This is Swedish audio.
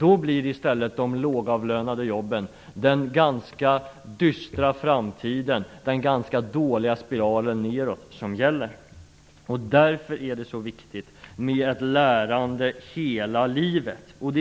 gäller i stället de lågavlönade jobben, den ganska dystra framtiden och den ganska dåliga spiralen nedåt. Därför är det så viktigt med ett lärande hela livet.